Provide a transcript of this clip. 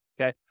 okay